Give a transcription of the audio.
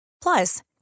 Plus